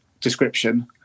description